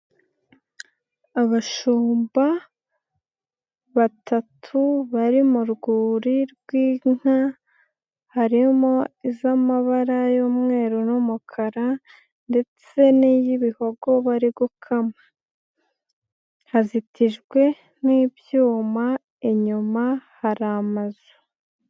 Abashumba batatu bari mu rwuri rw'inka harimo iz'amabara y'umweru n'umukara ndetse n'iy'ibihogo bari gukama, hazitijwe nibyuma inyuma hari amazu.